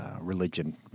religion